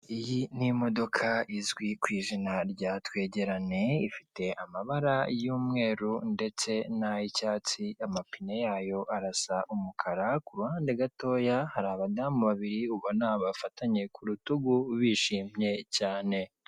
Iyi ni imodoka izwi ku izana rya twegerane, ifite amabara y'umweru ndetse n'ay'icyatsi, amapine yayo arasa umukara, ku ruhande gatoya hari abadamu babiri ubona bafatanye ku rutugu bishimye cyane.